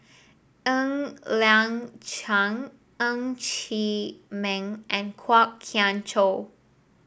Ng Liang Chiang Ng Chee Meng and Kwok Kian Chow